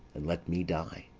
and let me die.